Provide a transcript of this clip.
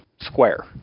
square